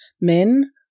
Men